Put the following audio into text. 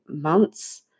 months